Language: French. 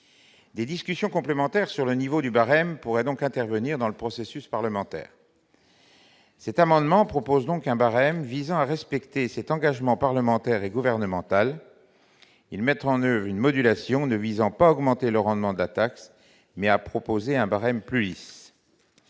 Des discussions complémentaires sur le niveau du barème pourraient donc intervenir dans le processus parlementaire. » Par cet amendement, nous proposons donc un barème visant à respecter cet engagement parlementaire et gouvernemental. Il s'agit de mettre en oeuvre une modulation visant non pas à augmenter le rendement de la taxe, mais à proposer un barème plus lisse.